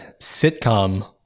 sitcom